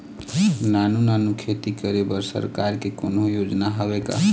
नानू नानू खेती करे बर सरकार के कोन्हो योजना हावे का?